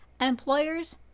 Employers